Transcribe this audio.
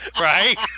right